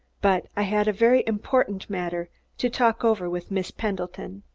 but i had a very important matter to talk over with miss pendleton.